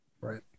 right